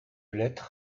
lettre